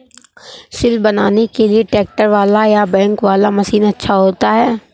सिल बनाने के लिए ट्रैक्टर वाला या बैलों वाला मशीन अच्छा होता है?